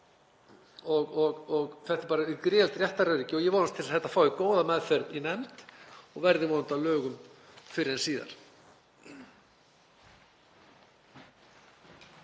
Þetta er bara gríðarlegt réttaröryggi. Ég vonast til að málið fái góða meðferð í nefnd og verði vonandi að lögum fyrr en síðar.